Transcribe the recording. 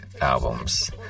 albums